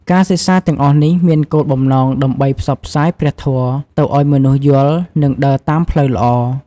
ការសិក្សាទាំងអស់នេះ មានគោលបំណងដើម្បីផ្សព្វផ្សាយព្រះធម៌ទៅឱ្យមនុស្សយល់និងដើរតាមផ្លូវល្អ។